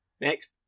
next